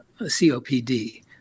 COPD